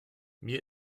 mir